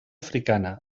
africana